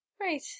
Right